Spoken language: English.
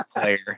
player